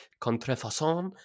Contrefaçon